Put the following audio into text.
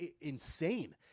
Insane